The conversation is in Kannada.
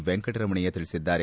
ವೆಂಕಟರಮಣಯ್ದ ತಿಳಿಸಿದ್ದಾರೆ